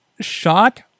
shot